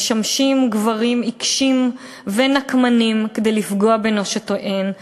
שמשמשים גברים עיקשים ונקמנים כדי לפגוע בנשותיהם.